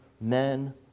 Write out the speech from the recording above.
men